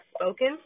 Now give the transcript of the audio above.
spoken